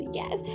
yes